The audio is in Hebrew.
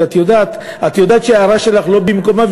ואת יודעת שההערה שלך לא במקומה,